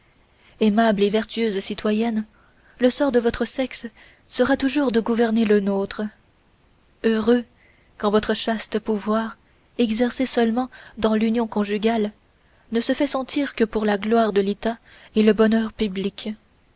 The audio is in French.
aimables et vertueuses citoyennes le sort de votre sexe sera toujours de gouverner le nôtre heureux quand votre chaste pouvoir exercé seulement dans l'union conjugale ne se fait sentir que pour la gloire de l'état et le bonheur public